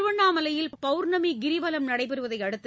திருவண்ணாமலையில் பவுர்ணமிகிரிவலம் நடைபெறுவதைஅடுத்து